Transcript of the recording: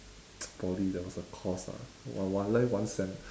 poly there was a course ah I I I learn it one sem